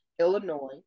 Illinois